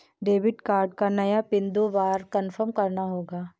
debit card का नया pin दो बार कन्फर्म करना होगा